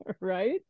Right